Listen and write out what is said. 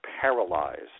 paralyzed